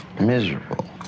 Miserable